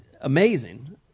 amazing